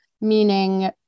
meaning